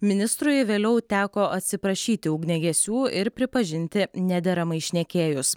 ministrui vėliau teko atsiprašyti ugniagesių ir pripažinti nederamai šnekėjus